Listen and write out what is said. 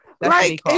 Right